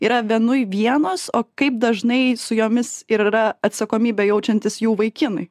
yra vienui vienos o kaip dažnai su jomis ir yra atsakomybę jaučiantys jų vaikinai